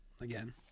again